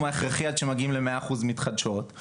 ההכרחי עד שמגיעים ל-100% מתחדשות,